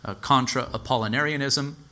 Contra-Apollinarianism